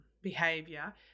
Behavior